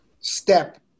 step